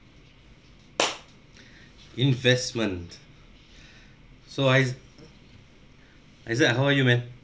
investment so I isaac how are you man